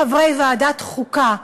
חברי ועדת החוקה,